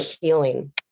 healing